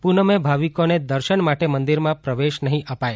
પૂનમે ભાવિકોને દર્શન માટે મંદિરમાં પ્રવેશ નહિં અપાય